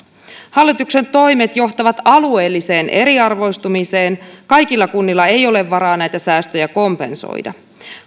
hallituksen toimet johtavat alueelliseen eriarvoistumiseen kaikilla kunnilla ei ole varaa näitä säästöjä kompensoida